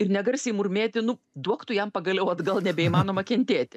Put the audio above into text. ir negarsiai murmėti nu duok tu jam pagaliau atgal nebeįmanoma kentėti